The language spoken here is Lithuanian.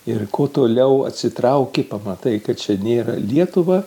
ir kuo toliau atsitrauki pamatai kad čia nėra lietuva